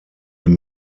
den